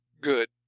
good